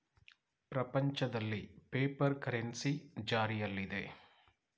ಪ್ರಪಂಚದಲ್ಲಿ paper currency ಜಾರಿಯಲ್ಲಿದೆ